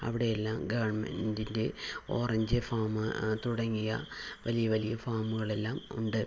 അവിടെയെല്ലാം ഗവൺമെന്റിൻ്റെ orange farm തുടങ്ങിയ വലിയ വലിയ ഫാമുകളെല്ലാം ഉണ്ട്